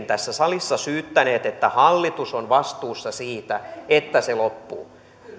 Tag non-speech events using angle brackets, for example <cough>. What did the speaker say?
<unintelligible> tässä salissa syyttänyt että hallitus on vastuussa siitä että se loppuu